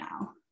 now